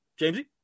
Jamesy